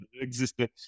existed